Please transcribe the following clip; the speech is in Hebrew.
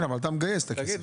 כן, אבל אתה מגייס את הכסף.